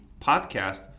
podcast